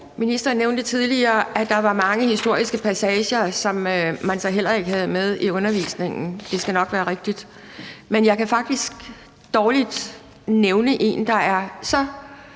Ministeren nævnte tidligere, at der var mange historiske passager, som man så heller ikke havde med i undervisningen. Det skal nok være rigtigt, men jeg kan faktisk dårligt nævne en, der er så